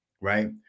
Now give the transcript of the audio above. right